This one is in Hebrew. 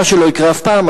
מה שלא יקרה אף פעם,